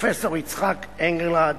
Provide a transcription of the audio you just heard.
פרופסור יצחק אנגלרד,